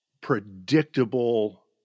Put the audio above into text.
predictable